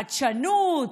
חדשנות.